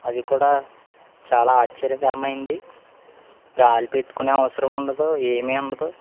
అది కూడా చాలా ఆశ్చర్యకరమైనది గాలి పెట్టుకునే అవసరం ఉండదు ఏమి ఉండదు